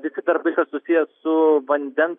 visi darbai susiję su vandens